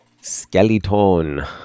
Skeleton